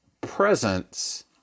presence